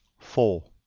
four.